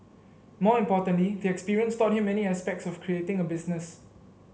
more importantly the experience taught him many aspects of creating a business